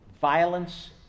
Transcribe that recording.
violence